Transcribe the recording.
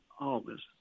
August